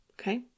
Okay